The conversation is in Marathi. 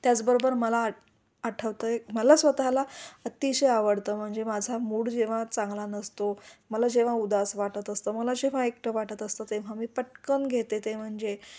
त्याच बरोबर मला आ आठवतंय मला स्वतःला अतिशय आवडतं म्हणजे माझा मूड जेव्हा चांगला नसतो मला जेव्हा उदास वाटत असतं मला जेव्हा एकटं वाटत असतं तेव्हा मी पटकन घेते ते म्हणजे